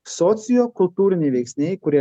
sociokultūriniai veiksniai kurie